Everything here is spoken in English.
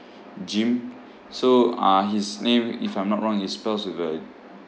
jim so uh his name if I'm not wrong is spells with a